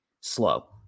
slow